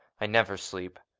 i never sleep.